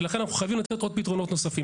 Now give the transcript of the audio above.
ולכן אנחנו חייבים לתת פתרונות נוספים.